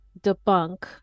debunk